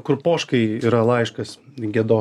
kur poškai yra laiškas gedos